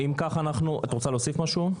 רוצה להוסיף משהו?